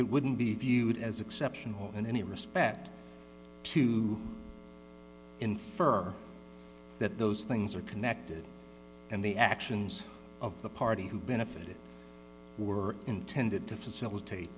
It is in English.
it wouldn't be viewed as exceptional in any respect to infer that those things are connected and the actions of the party who benefited were intended to facilitate